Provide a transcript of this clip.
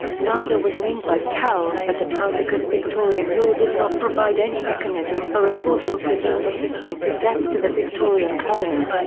neither was an inquest held at the time because victorian law did not provide any mechanism for reporting presumed or suspected deaths to the victorian coroner.